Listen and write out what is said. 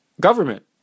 government